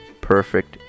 perfect